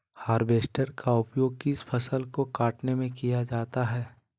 Harvester का उपयोग किस फसल को कटने में किया जाता है?